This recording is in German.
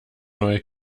neue